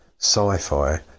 sci-fi